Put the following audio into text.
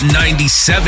97